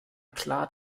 klar